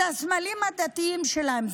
את הסמלים הדתיים שלהם.